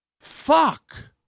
Fuck